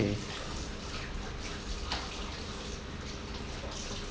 okay